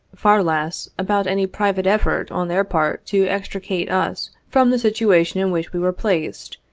far less, about any private effort on their part to extricate us from the situation in which we were placed,